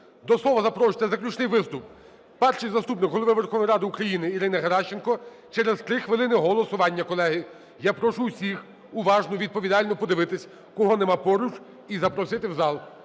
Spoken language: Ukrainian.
До слова запрошується на заключний виступ Перший заступник Голови Верховної Ради України Ірина Геращенко. Через 3 хвилини голосування, колеги. Я прошу всіх уважно, відповідального подивитися кого нема поруч і запросити в зал.